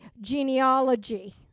genealogy